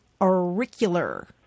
auricular